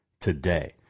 today